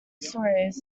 stories